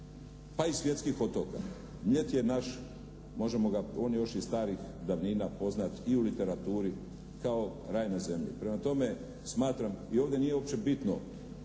pa i svjetskih otoka. Mljet je naš možemo ga, on je još iz starih davnina poznat i u literaturi kao raj na zemlji. Prema tome, smatram i ovdje nije uopće bitno